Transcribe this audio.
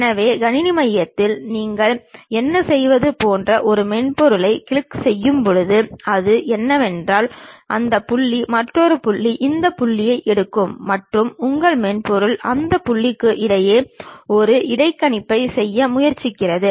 எனவே கணினி மட்டத்தில் நீங்கள் என்ன செய்வது போன்ற ஒரு மென்பொருளைக் கிளிக் செய்யும் போது அது என்னவென்றால் அந்த புள்ளி மற்றொரு புள்ளி இந்த புள்ளிகளை எடுக்கும் மற்றும் உங்கள் மென்பொருள் அந்த புள்ளிகளுக்கு இடையில் இந்த இடைக்கணிப்பை செய்ய முயற்சிக்கிறது